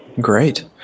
Great